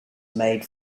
made